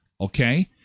Okay